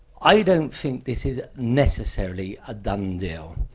i don't think this is necessarily a done deal.